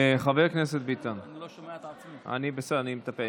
חבר הכנסת ביטן, בסדר, אני מטפל.